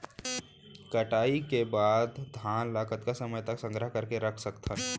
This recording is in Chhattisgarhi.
कटाई के बाद धान ला कतका समय तक संग्रह करके रख सकथन?